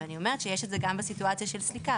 אז אני אומרת שיש את זה גם בסיטואציה של סליקה.